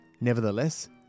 Nevertheless